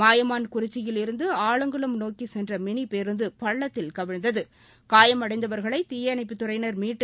மாயமான் குறிச்சியில் இருந்து ஆலங்குளம் நோக்கி சென்ற மினி பேருந்து பள்ளத்தில் கவிழ்ந்தது காயமடைந்தவர்களை தீயணைப்புத் துறையினர் மீட்டு